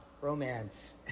romance